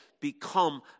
become